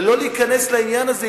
ולא להיכנס לעניין הזה,